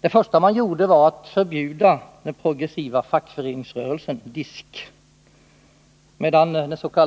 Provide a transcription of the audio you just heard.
Det första man gjorde var att förbjuda den progressiva fackföreningsrörelsen DISK, medan dens.k.